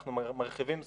אנחנו מרחיבים זכויות,